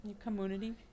Community